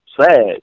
sad